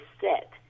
set